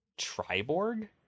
Triborg